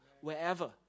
wherever